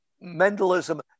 Mendelism